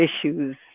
issues